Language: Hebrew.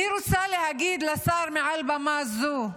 אני רוצה להגיד לשר מעל במה זו: